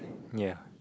ya